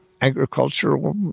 agricultural